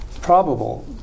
probable